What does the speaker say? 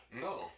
No